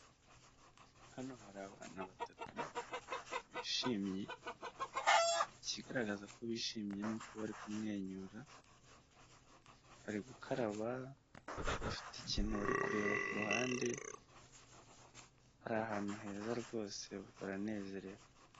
Hano hari abana batatu bishimye, ikigaragaza ko bishimye ni uko bari kumwenyura, bari gukaraba, bafite ikintu bari kureba kuruhande, bari ahantu heza rwose baranezerewe.